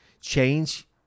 change